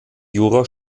jura